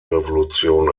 revolution